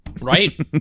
Right